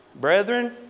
Brethren